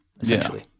essentially